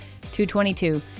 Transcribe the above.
222